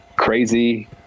crazy